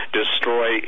destroy